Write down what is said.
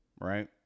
right